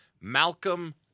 Malcolm